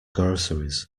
groceries